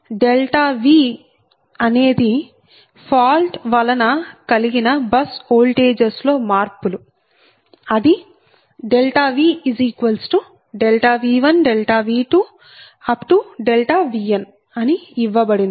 V vector అనేది fault వలన కలిగిన బస్ ఓల్టేజెస్ లో మార్పులు అది VV1 V2 Vn అని ఇవ్వబడింది